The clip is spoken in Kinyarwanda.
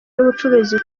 n’ubucuruzi